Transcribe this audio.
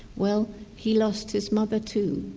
well, he lost his mother too.